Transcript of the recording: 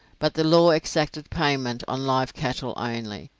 but the law exacted payment on live cattle only,